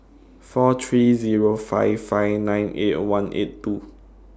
four three Zero five five nine eight one eight two